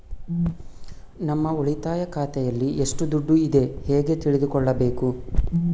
ನಮ್ಮ ಉಳಿತಾಯ ಖಾತೆಯಲ್ಲಿ ಎಷ್ಟು ದುಡ್ಡು ಇದೆ ಹೇಗೆ ತಿಳಿದುಕೊಳ್ಳಬೇಕು?